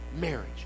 marriage